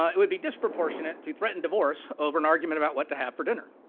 ah it would be disproportionate to threatened divorce over an argument about what to have for dinner.